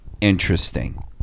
interesting